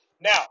now